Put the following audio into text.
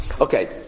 okay